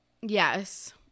Yes